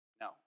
no